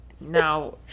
now